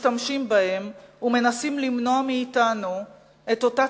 משתמשים בהם ומנסים למנוע מאתנו את אותה